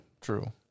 true